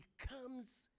becomes